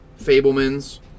Fableman's